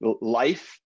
life